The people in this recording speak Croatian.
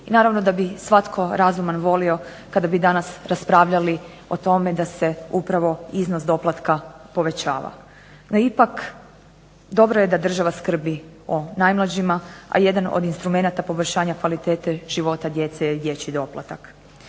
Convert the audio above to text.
i normalno da bi svatko razuman volio kada bi danas raspravljali o tome da se upravo iznos doplatka povećava. NO, ipak dobro je da država skrbi o najmlađima a jedan od instrumenata poboljšanja kvalitete života djece je dječji doplatak.